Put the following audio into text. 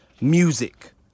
music